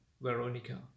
Veronica